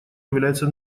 является